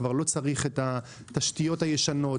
וכבר לא צריך את התשתיות הישנות,